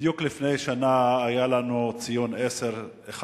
בדיוק לפני שנה היה לנו ציון 11,